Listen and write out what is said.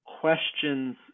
questions